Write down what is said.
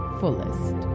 fullest